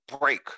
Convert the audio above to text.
break